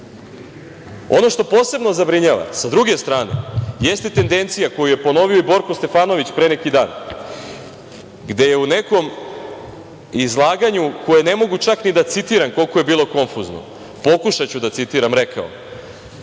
što posebno zabrinjava, sa druge strane, jeste tendencija koju je ponovio i Borko Stefanović pre neki dan, gde je u nekom izlaganju koje ne mogu čak ni da citiram koliko je bilo konfuzno, pokušaću da citiram, rekao: